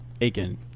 Aiken